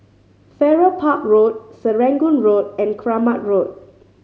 Farrer Park Road Serangoon Road and Keramat Road